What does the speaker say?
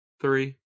three